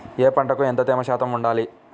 ఏ పంటకు ఎంత తేమ శాతం ఉండాలి?